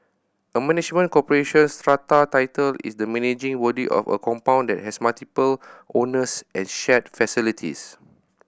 a management corporation strata title is the managing body of a compound that has multiple owners and shared facilities